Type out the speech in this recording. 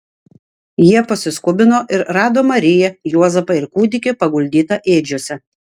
jie pasiskubino ir rado mariją juozapą ir kūdikį paguldytą ėdžiose